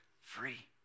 free